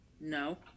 No